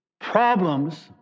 problems